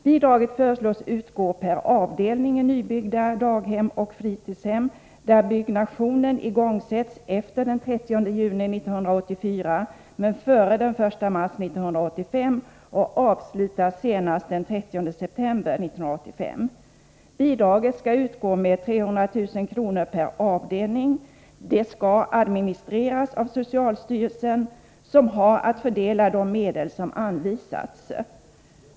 Bidraget föreslås utgå per avdelning i nybyggda daghem och fritidshem, där byggnationen igångsätts efter den 30 juni 1984 men före den 1 mars 1985 och avslutas senast den 30 september 1985. Bidraget skall utgå med 300 000 kr. per avdelning. Det skall administreras av socialstyrelsen, som har att fördela de medel som anvisats.